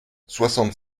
soixante